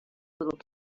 little